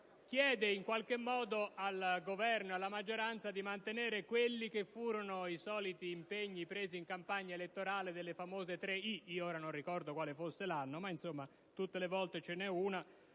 chiede al Governo e alla maggioranza di mantenere quelli che furono i soliti impegni presi in campagna elettorale - non ricordo quale fosse l'anno, ma insomma, tutte le volte ce n'è una!